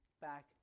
back